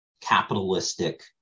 capitalistic